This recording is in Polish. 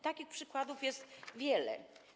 Takich przykładów jest wiele.